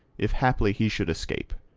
if haply he should escape.